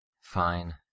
Fine